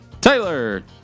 Taylor